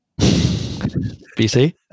BC